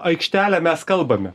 aikštelę mes kalbame